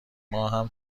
ماهم